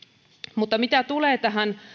mutta mitä tulee tähän